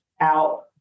out